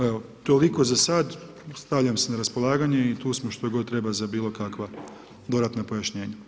Evo toliko za sada, stavljam se na raspolaganje i tu smo što god treba za bilo kakva dodatna pojašnjenja.